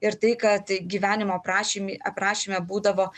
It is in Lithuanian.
ir tai kad gyvenimo aprašym aprašyme būdavo